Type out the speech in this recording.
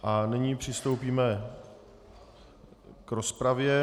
A nyní přistoupíme k rozpravě.